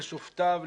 לשופטיו,